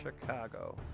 Chicago